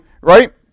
right